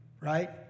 Right